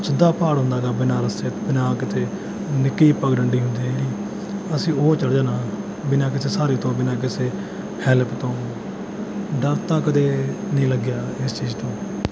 ਸਿੱਧਾ ਪਹਾੜ ਹੁੰਦਾ ਗਾ ਬਿਨਾਂ ਰੱਸੇ ਬਿਨਾਂ ਕਿਤੇ ਨਿੱਕੀ ਪਗਡੰਡੀ ਹੁੰਦੀ ਆ ਜਿਹੜੀ ਅਸੀਂ ਉਹ ਚੜ੍ਹ ਜਾਣਾ ਬਿਨਾਂ ਕਿਸੇ ਸਹਾਰੇ ਤੋਂ ਬਿਨਾਂ ਕਿਸੇ ਹੈਲਪ ਤੋਂ ਡਰ ਤਾਂ ਕਦੇ ਨਹੀਂ ਲੱਗਿਆ ਇਸ ਚੀਜ਼ ਤੋਂ